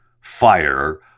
fire